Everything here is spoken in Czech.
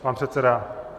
Pan předseda?